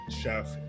chef